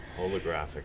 Holographic